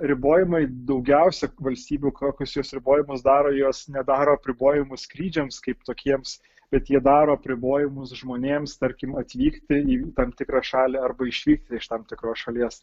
ribojimai daugiausia valstybių kokius jos ribojimus daro jos nedaro apribojimų skrydžiams kaip tokiems bet jie daro apribojimus žmonėms tarkim atvykti į tam tikrą šalį arba išvykti iš tam tikros šalies